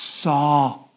saw